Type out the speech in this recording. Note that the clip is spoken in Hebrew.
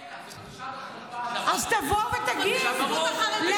אני מסכים איתך.